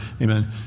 Amen